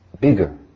bigger